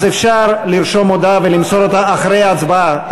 אז אפשר לרשום הודעה ולמסור אותה אחרי ההצבעה,